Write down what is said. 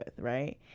right